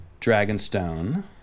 Dragonstone